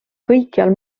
kõikjal